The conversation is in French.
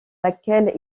laquelle